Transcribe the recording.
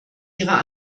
ihrer